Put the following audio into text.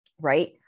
Right